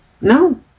No